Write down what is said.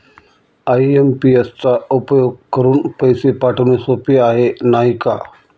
IMPS चा उपयोग करुन पैसे पाठवणे सोपे आहे, नाही का